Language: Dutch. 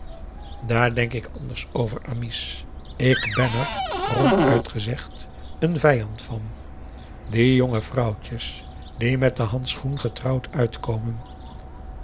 daar denk ik anders over amice ik ben er ronduit gep a daum de van der lindens c s onder ps maurits zegd een vijand van die jonge vrouwtjes die met den handschoen getrouwd uitkomen